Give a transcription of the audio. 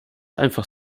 einfach